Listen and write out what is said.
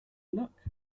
look